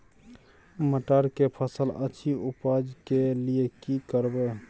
मटर के फसल अछि उपज के लिये की करबै?